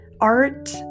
art